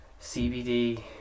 CBD